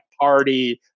party